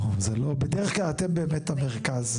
בדרך כלל אתם המרכז,